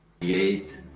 Create